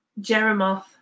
Jeremoth